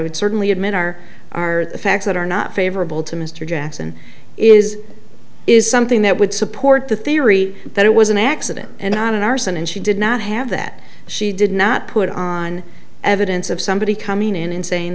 would certainly admit are are facts that are not favorable to mr jackson is is something that would support the theory that it was an accident and not an arson and she did not have that she did not put on evidence of somebody coming in and saying